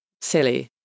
silly